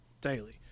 daily